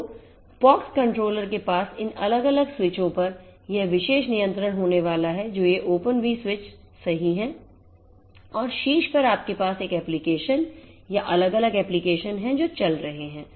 तो POXcontroller के पास इन अलग अलग स्विचों पर यह विशेष नियंत्रण होने वाला है जो ये ओपनवी स्विच सही हैं और शीर्ष पर आपके पास एक एप्लिकेशन या अलग अलग एप्लिकेशन हैं जो चल रहे हैं